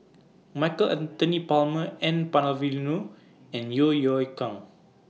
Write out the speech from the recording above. Michael Anthony Palmer N Palanivelu and Yeo Yeow Kwang